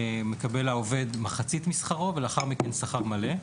מקבל העובד מחצית משכרו ולאחר מכן שכר מלא.